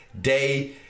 day